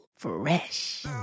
fresh